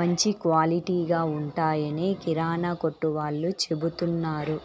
మంచి క్వాలిటీగా ఉంటాయని కిరానా కొట్టు వాళ్ళు చెబుతున్నారు